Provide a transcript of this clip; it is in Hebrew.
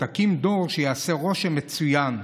תקים דור שיעשה רושם מצוין,